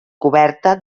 coberta